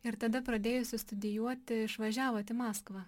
ir tada pradėjusi studijuoti išvažiavot į maskvą